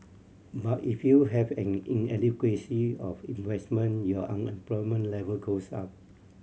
but if you have an inadequacy of investment your unemployment level goes up